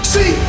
See